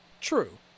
True